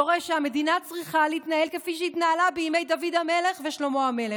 דורש שהמדינה צריכה להתנהל כפי שהתנהלה בימי דוד המלך ושלמה המלך,